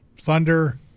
Thunder